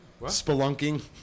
spelunking